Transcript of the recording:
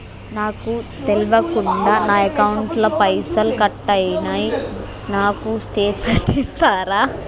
నాకు తెల్వకుండా నా అకౌంట్ ల పైసల్ కట్ అయినై నాకు స్టేటుమెంట్ ఇస్తరా?